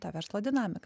tą verslo dinamiką